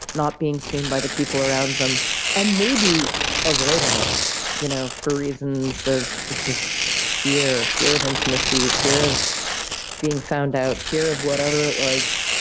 not being seen by the people around them and maybe avoiding it you know for reasons of just fear, fear of intimacy, fear of being found out, fear of whatever it was.